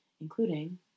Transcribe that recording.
including